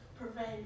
prevent